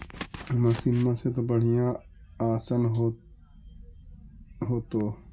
मसिनमा से तो बढ़िया आसन हो होतो?